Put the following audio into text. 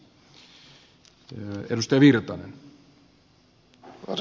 arvoisa puhemies